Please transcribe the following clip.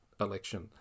election